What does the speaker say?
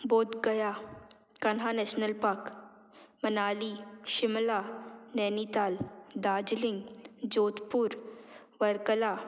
बोधकया Kanha National Park Manali Shimla Nainital Darjeeling Jodhpur Varkala